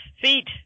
feet